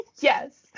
yes